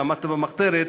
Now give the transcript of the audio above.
למדת במחתרת,